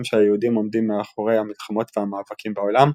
שהיהודים עומדים מאחורי המלחמות והמאבקים בעולם,